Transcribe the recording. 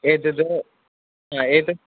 एतद् एतद्